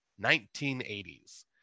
1980s